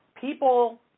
people